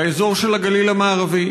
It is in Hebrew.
באזור הגליל המערבי,